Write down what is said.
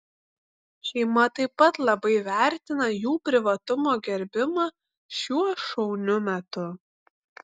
šeima taip pat labai vertina jų privatumo gerbimą šiuo šauniu metu